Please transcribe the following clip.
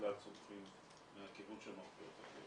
גם הפתרונות לאט לאט צומחים מהכיוון של מרפאות הכאב.